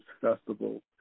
Festival